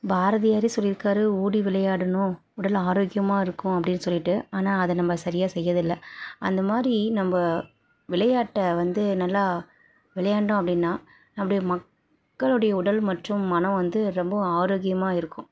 பாரதியாரே சொல்லியிருக்காரு ஓடி விளையாடணும் உடல் ஆரோக்கியமாக இருக்கும் அப்படினு சொல்லிட்டு ஆனால் அதை நம்ம சரியாக செய்கிறது இல்லை அந்த மாதிரி நம்ம விளையாட்டை வந்து நல்லா விளையாண்டோம் அப்படினா நம்மளுடைய மக்களுடைய உடல் மற்றும் மனம் வந்து ரொம்பவும் ஆரோக்கியமாக இருக்கும்